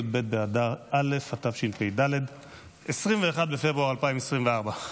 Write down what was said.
י"ב באדר א' התשפ"ד (21 בפברואר 2024)